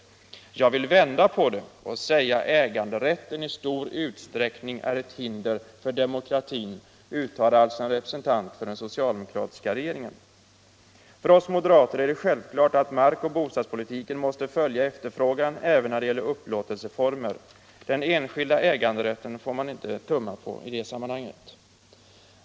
Jag vill vända på det och säga att äganderätten i stor utsträckning är ett hinder för demokratin.” Detta uttalar alltså en representant för den socialdemokratiska regeringen. För oss moderater är det självklart att markoch bostadspolitiken måste följa efterfrågan även när det gäller upplåtelseformer. Den enskilda äganderätten får man inte tumma på i det sammanhanget.